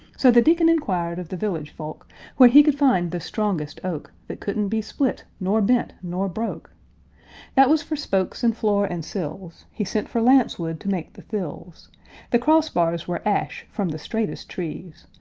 so the deacon inquired of the village folk where he could find the strongest oak, that couldn't be split nor bent nor broke that was for spokes and floor and sills he sent for lancewood to make the thills the crossbars were ash, from the straightest trees,